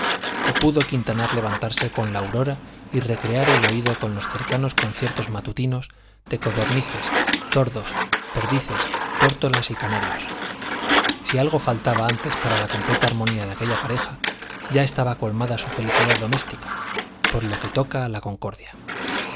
y pudo quintanar levantarse con la aurora y recrear el oído con los cercanos conciertos matutinos de codornices tordos perdices tórtolas y canarios si algo faltaba antes para la completa armonía de aquella pareja ya estaba colmada su felicidad doméstica por lo que toca a la concordia